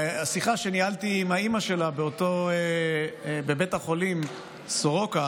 בשיחה שניהלתי עם אימא שלה בבית החולים סורוקה